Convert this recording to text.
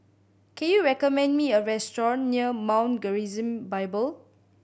can you recommend me a restaurant near Mount Gerizim Bible